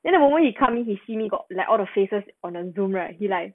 then the moment he come in he see me got like all the faces on the Zoom right he like